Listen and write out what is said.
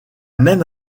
même